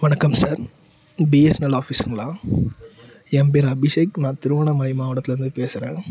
வணக்கம் sir BSNL ஆஃபீஸுங்களா என் பேர் அபிஷேக் நான் திருவண்ணாமலை மாவட்டத்தில் இருந்து பேசுகிறேன்